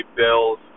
bills